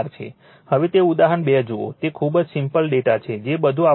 હવે તે ઉદાહરણ 2 જુઓ તે ખૂબ જ સિમ્પલ ડેટા છે જે બધું આપવામાં આવ્યું છે